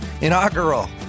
Inaugural